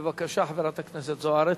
בבקשה, חברת הכנסת זוארץ.